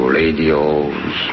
radios